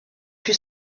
fut